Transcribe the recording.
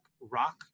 rock